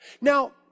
Now